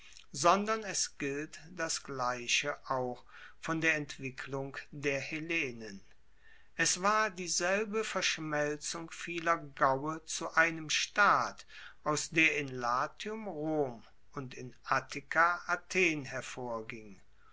sondern es gilt das gleiche auch von der entwicklung der hellenen es war dieselbe verschmelzung vieler gaue zu einem staat aus der in latium rom und in attika athen hervorging